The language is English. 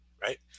right